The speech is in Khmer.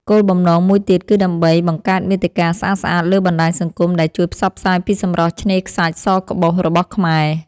គោលបំណងមួយទៀតគឺដើម្បី បង្កើតមាតិកាស្អាតៗលើបណ្ដាញសង្គមដែលជួយផ្សព្វផ្សាយពីសម្រស់ឆ្នេរខ្សាច់សក្បុសរបស់ខ្មែរ។